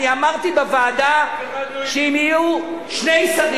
אף אחד